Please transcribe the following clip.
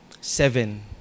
seven